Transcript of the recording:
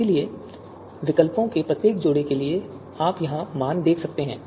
इसलिए विकल्पों के प्रत्येक जोड़े के लिए आप यहां मान देख सकते हैं